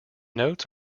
notes